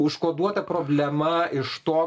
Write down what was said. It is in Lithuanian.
užkoduota problema iš to